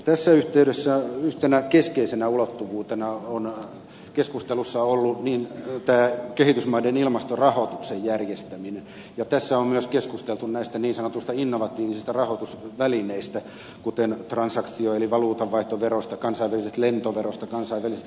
tässä yhteydessä yhtenä keskeisenä ulottuvuutena on keskustelussa ollut tämä kehitysmaiden ilmastorahoituksen järjestäminen ja tässä on myös keskusteltu näistä niin sanotuista innovatiivisista rahoitusvälineistä kuten transaktio eli valuutanvaihtoverosta kansainvälisestä lentoverosta kansainvälisestä meriliikenneverosta ja niin edelleen